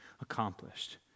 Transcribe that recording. accomplished